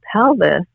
pelvis